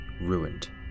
ruined